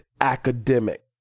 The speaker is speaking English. academic